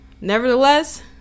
Nevertheless